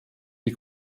die